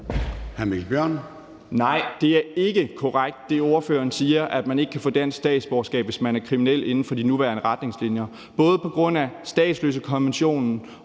Nej, det er ikke korrekt, hvad ordføreren siger, altså at man ikke kan få dansk statsborgerskab, hvis man er kriminel, inden for de nuværende retningslinjer. Både på grund af statsløsekonventionen